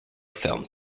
film